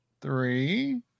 three